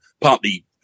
partly